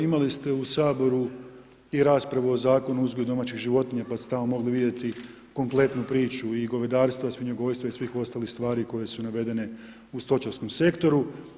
Imali ste u Saboru i raspravu o Zakonu o uzgoju domaćih životinja pa ste tamo mogli vidjeti kompletnu priču i govedarstva i svinjogojstva i svih ostalih stvari koje su navedene u stočarskom sektoru.